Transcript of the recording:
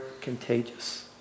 contagious